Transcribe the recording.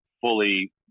fully